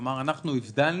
כלומר, אנחנו הבדלנו,